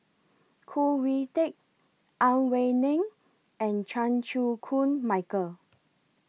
Khoo Oon Teik Ang Wei Neng and Chan Chew Koon Michael